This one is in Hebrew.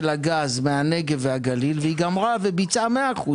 הגז מהנגב והגליל והיא גמרה וביצעה 100%,